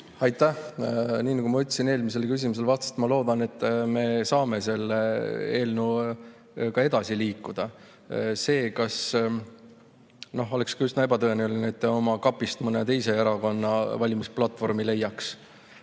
Aitäh! Nii nagu ma ütlesin eelmisele küsimusele vastates, ma loodan, et me saame selle eelnõuga edasi liikuda. No oleks ka üsna ebatõenäoline, et te oma kapist mõne teise erakonna valimisplatvormi leiaks.